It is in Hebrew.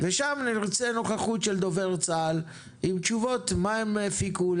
ושם אני רוצה נוכחות של דובר צה"ל עם תשובות מה הלקחים שהפיקו,